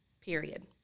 period